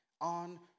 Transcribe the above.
on